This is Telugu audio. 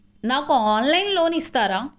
నాకు ఆన్లైన్లో లోన్ ఇస్తారా?